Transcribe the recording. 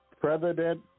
President